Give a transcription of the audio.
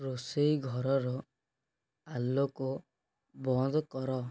ରୋଷେଇ ଘରର ଆଲୋକ ବନ୍ଦ କର